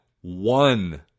one